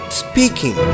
speaking